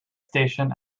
station